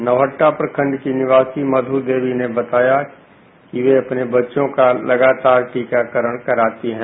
नौहटटा प्रखंड की निवासी मधु देवी ने बताया है वे अपने बच्चों का लगातार टीकाकरण कराती है